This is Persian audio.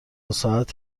ساعت